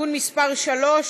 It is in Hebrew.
(תיקון מס' 3),